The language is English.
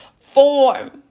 form